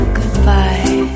Goodbye